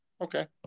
okay